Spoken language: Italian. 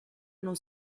non